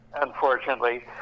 unfortunately